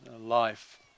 life